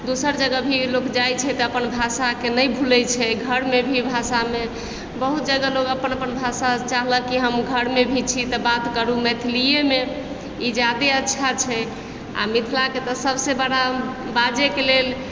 दोसर जगह भी लोक जाइ छै तऽ अपन भाषाके नहि भूलय छै घरमे भी भाषामे बहुत जगह लोक अपन अपन भाषा चाहलक कि हम घरमे भी छी तऽ बात करू मैथिलियमे ई जादे अच्छा छै आओर मिथिलाके तऽ सबसँ बड़ा बाजयके लेल